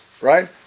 right